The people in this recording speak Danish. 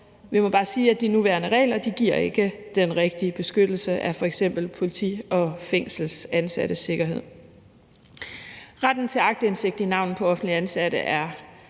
Vi må bare sige, at de nuværende regler ikke giver den rigtige beskyttelse af f.eks. politi- og fængselsansattes sikkerhed. Retten til aktindsigt i navn på offentligt ansatte er